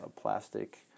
plastic